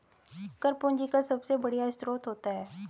कर पूंजी का सबसे बढ़िया स्रोत होता है